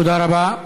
תודה רבה.